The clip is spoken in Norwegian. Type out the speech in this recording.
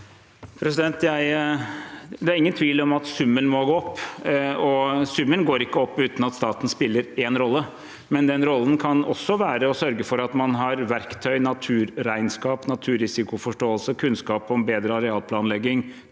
Det er ingen tvil om at summen må gå opp, og summen går ikke opp uten at staten spiller en rolle, men den rollen kan også være å sørge for at man har verktøy, naturregnskap, naturrisikoforståelse, kunnskap om bedre arealplanlegging